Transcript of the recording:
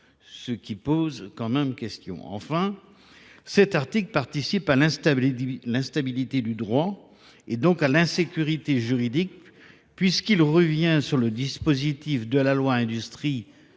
entendus posent quand même question. Enfin, cet article participe de l’instabilité du droit, donc à l’insécurité juridique, puisqu’il revient sur les dispositions de la loi Industrie